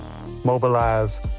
mobilize